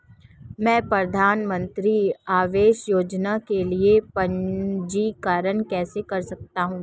मैं प्रधानमंत्री आवास योजना के लिए पंजीकरण कैसे कर सकता हूं?